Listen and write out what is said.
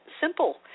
Simple